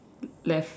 left